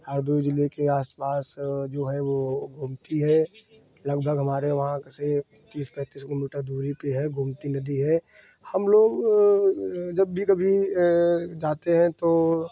अवधी जिले के आस पास जो है ये बहती है लगभग हमारे वहाँ से तीस पैंतिस किलोमीटर की दूरी पे है गोमती नदी है हम लोग जब भी कभी जाते हैं तो